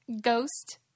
ghost